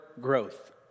Growth